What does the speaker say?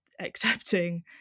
accepting